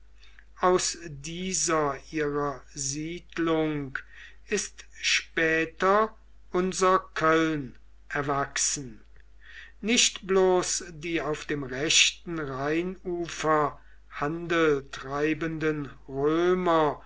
aus dieser ihrer siedlung ist später unser köln erwachsen nicht bloß die auf dem rechten rheinufer handel treibenden römer